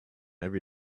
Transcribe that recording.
every